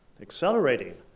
accelerating